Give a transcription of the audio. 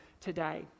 today